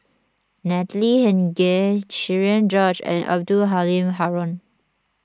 Natalie Hennedige Cherian George and Abdul Halim Haron